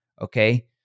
Okay